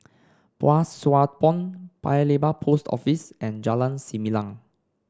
Pang Sua Pond Paya Lebar Post Office and Jalan Selimang